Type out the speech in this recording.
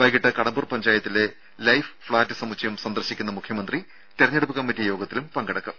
വൈകീട്ട് കടമ്പൂർ പഞ്ചായത്തിലെ life flat സമുച്ചയം സന്ദർശിക്കുന്ന മുഖ്യമന്ത്രി തിരഞ്ഞെടുപ്പ് കമ്മറ്റി യോഗത്തിലും സംബന്ധിക്കും